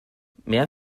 mehr